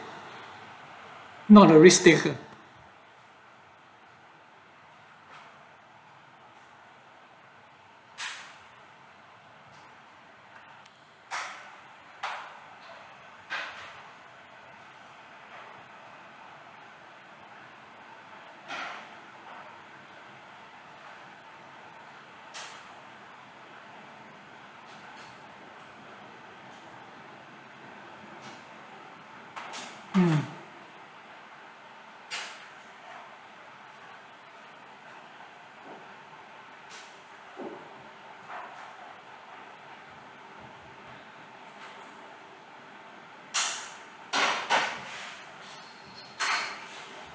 not really stay !huh! mm